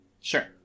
Sure